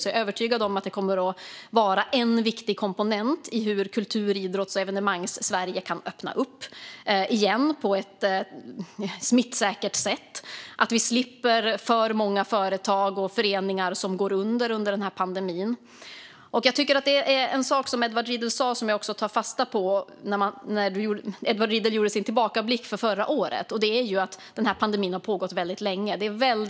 Jag är övertygad om att det kommer att vara en viktig komponent för att kultur, idrott och evenemang i Sverige ska kunna öppna upp igen på ett smittsäkert sätt och för att vi ska slippa att för många företag och föreningar går under på grund av pandemin. Jag tar fasta på en sak som Edward Riedl sa när han gjorde sin tillbakablick på förra året, och det är att pandemin har pågått väldigt länge.